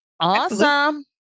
Awesome